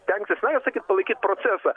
stengsis na jau sakyt palaikyt procesą